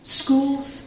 schools